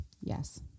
Yes